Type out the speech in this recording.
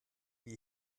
wir